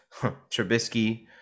Trubisky